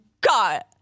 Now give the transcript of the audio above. god